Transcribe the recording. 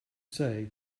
say